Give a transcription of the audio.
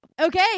Okay